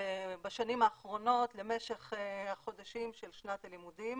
בשנים האחרונות למשך החודשים של שנת הלימודים.